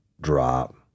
drop